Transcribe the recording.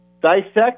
dissect